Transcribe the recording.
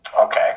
Okay